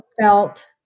felt